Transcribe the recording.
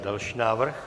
Další návrh?